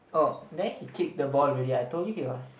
oh then he kicked the ball already I told you he was